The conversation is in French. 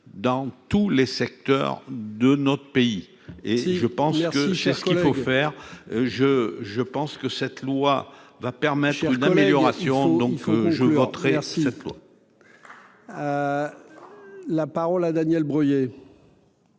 dans tous les secteurs de notre pays et je pense que c'est ce qu'il faut faire, je, je pense que cette loi va permettre une amélioration donc je suis entré à cette loi. La parole à Daniel Breuiller.